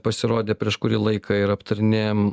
pasirodė prieš kurį laiką ir aptarinėjam